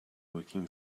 working